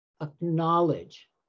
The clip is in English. Acknowledge